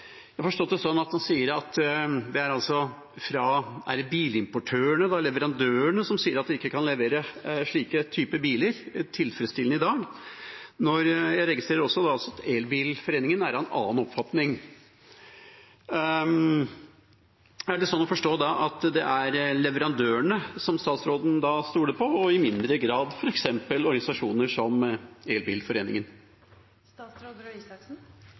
Jeg har forstått det sånn at han sier at det er bilimportørene eller -leverandørene som sier at en ikke kan levere sånne typer biler tilfredsstillende i dag. Jeg registrerer også at Elbilforeningen er av en annen oppfatning. Er det sånn å forstå at det er leverandørene statsråden stoler på, og i mindre grad organisasjoner som